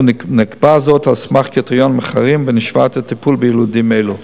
אנו נקבע זאת על סמך קריטריונים אחרים ונשווה את הטיפול ביילודים אלה.